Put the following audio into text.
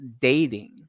dating